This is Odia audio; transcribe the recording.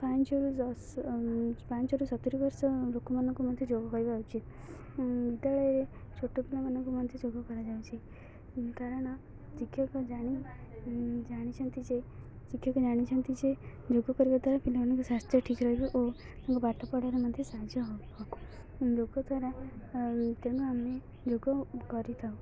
ପାଞ୍ଚରୁ ଦଶ ପାଞ୍ଚରୁ ସତୁରି ବର୍ଷ ଲୋକମାନଙ୍କୁ ମଧ୍ୟ ଯୋଗ କରିବା ଉଚିତ ବିଦ୍ୟାଳୟରେ ଛୋଟ ପିଲାମାନଙ୍କୁ ମଧ୍ୟ ଯୋଗ କରାଯାଉଛି କାରଣ ଶିକ୍ଷକ ଜାଣି ଜାଣିଛନ୍ତି ଯେ ଶିକ୍ଷକ ଜାଣିଛନ୍ତି ଯେ ଯୋଗ କରିବା ଦ୍ୱାରା ପିଲାମାନଙ୍କୁ ସ୍ୱାସ୍ଥ୍ୟ ଠିକ୍ ରହିବ ଓ ତାଙ୍କୁ ପାଠ ପଢ଼ାରେ ମଧ୍ୟ ସାହାଯ୍ୟ ହବ ରୋଗ ଦ୍ୱାରା ତେଣୁ ଆମେ ଯୋଗ କରିଥାଉ